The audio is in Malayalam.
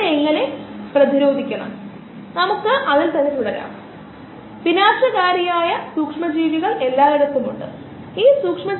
പൊതുവേ ഒരു മാധ്യമം നമ്മൾ നേരത്തെ മാധ്യമങ്ങളെക്കുറിച്ച് സംസാരിച്ചിരുന്നു അതാണ് സങ്കീർണ്ണമായ പദാർത്ഥം കോശങ്ങൾ വളരുന്ന പദാർത്ഥം